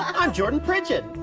um jordan pridgen.